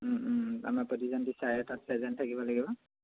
আমাৰ প্ৰতিজন টিচাৰেই তাত প্ৰেজেণ্ট থাকিব লাগিব